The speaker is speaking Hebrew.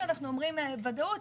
כשאנחנו אומרים ודאות,